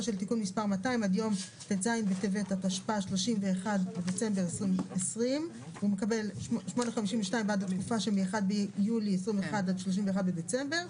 של תיקון מס' 200 עד יום ט"ז בטבת התשפ"א (31 בדצמבר 2020)". הוא מקבל 8.52% בעד התקופה שמאחד ביולי 21' עד 31 בדצמבר.